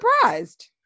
surprised